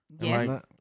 Yes